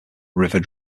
river